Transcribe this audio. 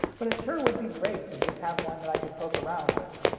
but it sure would be great to just have one that i could poke around with.